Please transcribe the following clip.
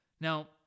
Now